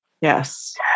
Yes